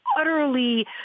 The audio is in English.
utterly